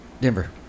Denver